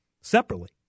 separately